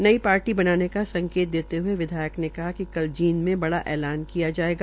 नई पार्टी बनाने का संकेत देते हए विधायक ने कहा कि कल जींद में बड़ा ऐलान किया जायेगा